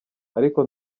ariko